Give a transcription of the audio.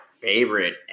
favorite